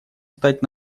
стать